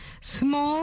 small